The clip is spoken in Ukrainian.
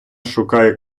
шукає